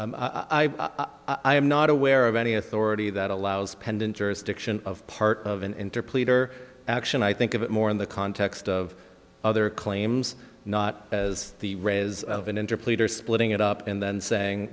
book i am not aware of any authority that allows pendent jurisdiction of part of an interplay or action i think of it more in the context of other claims not as the rays of an interplay are splitting it up and then saying